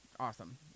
Awesome